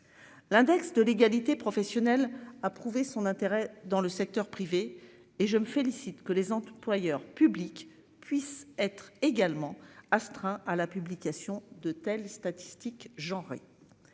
L'index de l'égalité professionnelle a prouvé son intérêt dans le secteur privé et je me félicite que les employeurs publics puissent être également astreint à la publication de telles statistiques genre